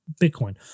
Bitcoin